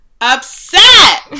upset